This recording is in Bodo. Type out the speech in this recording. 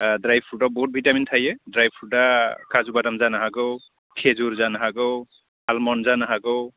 ड्राइफ्रुटआव बहुत भिटामिन थायो ड्राइफ्रुटा काजु बादाम जानो हागौ खेजुर जानो हागौ आलमन्द जानो हागौ